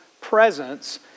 presence